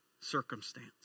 circumstance